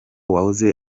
wahoze